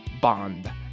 Bond